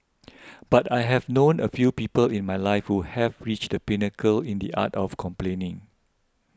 but I have known a few people in my life who have reached the pinnacle in the art of complaining